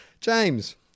James